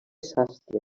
sastre